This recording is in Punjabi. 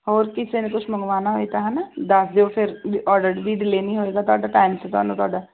ਹੋਰ ਕਿਸੇ ਨੇ ਕੁਛ ਮੰਗਵਾਉਣਾ ਹੋਵੇ ਤਾਂ ਹੈ ਨਾ ਦੱਸ ਦਿਓ ਫਿਰ ਆਰਡਰ ਵੀ ਡਿਲੇਅ ਨਹੀਂ ਹੋਵੇਗਾ ਤੁਹਾਡਾ ਟਾਈਮ 'ਤੇ ਤੁਹਾਨੂੰ ਤੁਹਾਡਾ